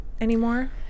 anymore